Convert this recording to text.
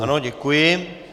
Ano, děkuji.